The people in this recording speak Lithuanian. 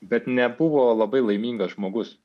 bet nebuvo labai laimingas žmogus